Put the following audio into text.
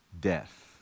death